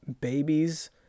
Babies